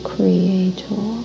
Creator